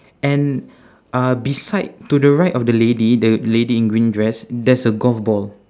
and uh beside to the right of the lady the lady in green dress there's a golf ball